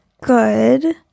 good